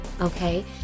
Okay